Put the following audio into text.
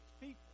people